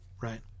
right